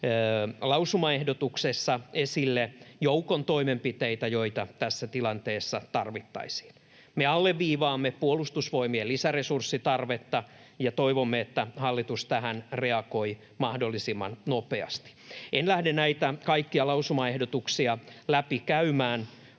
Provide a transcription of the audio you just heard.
lausumaehdotuksessa esille joukon toimenpiteitä, joita tässä tilanteessa tarvittaisiin. Me alleviivaamme Puolustusvoimien lisäresurssitarvetta ja toivomme, että hallitus tähän reagoi mahdollisimman nopeasti. En lähde näitä kaikkia lausumaehdotuksia läpikäymään